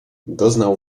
doznał